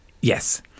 Yes